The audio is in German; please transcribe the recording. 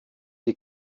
die